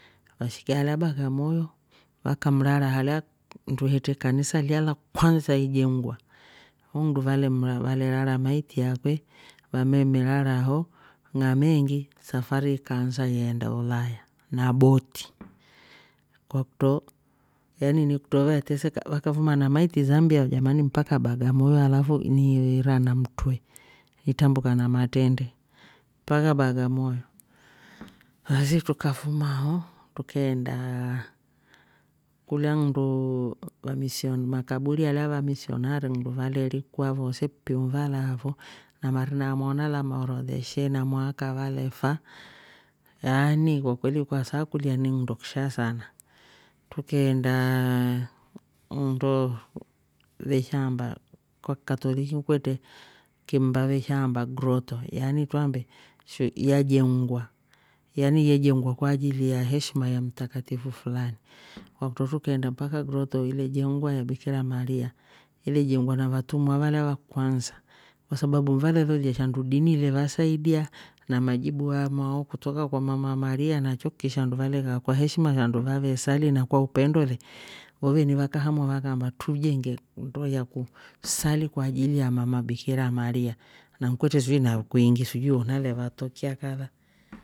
Vashike alya bagamoyo vamrara halya nndu hetre kanisa lilya la kwansa ijengwa hoondu valem- vale rara maiti yakwe. vammemerara ho ng'ameeng'i safari ikaansa yeenda ulaya na boti kwakutro yan ni kutro vaeteeka vakafuma na maiti zambia jamani mpaka bagamoyo alafu ni iveera na mtwre itrambuka na matrende mpaka bagamoyo. baasi trukafuma ho trukeendaaa kulya nndu vamision- makaburi alaya vamisionari nndu vale rikwa voose piu valaafo na marina amwao nala maaorodheshe na mwaaka valefa yaani kwakweli kwa saakulya ni nndo kisha sana trukeendaaa nndo ve shaamba kwakitaoliki kwetre kimmba veshamba groto yani truambe yajengwa. yan yajengwa kwa ajili ya heshima ya mtakatifu fulani kwakutro tukeenda mpaka groto ilejengwa ya bikira maria ilejengwa na vatumwa valya va kwansaa kwasababu valelolya shandu dini ilevasaidia na majibu amwao kutoka kwa mama maria na chokki shandu valekaa kwa heshima shandu vavesali na kwa upendo le vo veni vaka hamua vakaamba trujenge nndo yaku sali kwa ajili ya mama bikira maria na nkwetre sijui na kwiingi sijui nale vatokea kala